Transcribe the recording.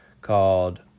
called